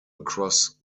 across